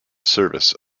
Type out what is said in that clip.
service